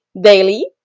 daily